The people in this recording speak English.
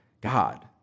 God